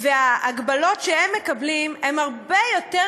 וההגבלות שהם מקבלים הן הרבה יותר